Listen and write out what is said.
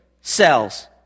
cells